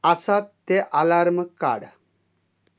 आसात ते आलार्म काड